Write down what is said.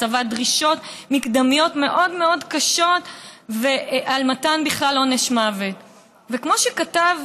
הצבת דרישות מקדמיות מאוד מאוד קשות על מתן עונש מוות בכלל.